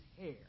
hair